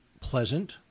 pleasant